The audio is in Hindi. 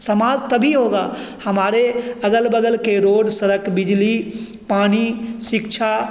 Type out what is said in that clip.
समाज तभी होगा हमारे अगल बगल के रोड सड़क बिजली पानी शिक्षा